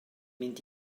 mynd